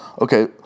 Okay